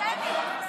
שמית.